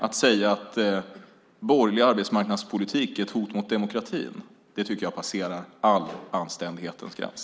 Att säga att borgerlig arbetsmarknadspolitik är ett hot mot demokratin tycker jag, återigen, passerar all anständighets gräns.